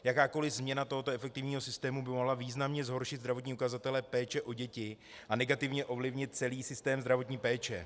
Jakákoli změna tohoto efektivního systému by mohla významně zhoršit zdravotní ukazatele péče o děti a negativně ovlivnit celý systém zdravotní péče.